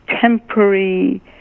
temporary